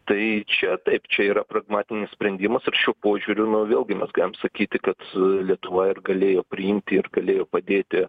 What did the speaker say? tai čia taip čia yra pragmatinis sprendimas ir šiuo požiūriu nu vėlgi mes galim sakyti kad su lietuva ir galėjo priimti ir galėjo padėti